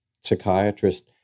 psychiatrist